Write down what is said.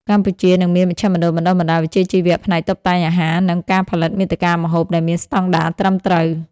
កម្ពុជានឹងមានមជ្ឈមណ្ឌលបណ្តុះបណ្តាលវិជ្ជាជីវៈផ្នែកតុបតែងអាហារ និងការផលិតមាតិកាម្ហូប ដែលមានស្តង់ដារត្រឹមត្រូវ។